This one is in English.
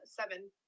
seven